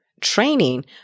training